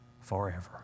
forever